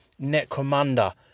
Necromunda